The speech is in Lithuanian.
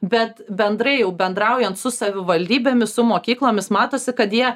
bet bendrai jau bendraujant su savivaldybėmis su mokyklomis matosi kad jie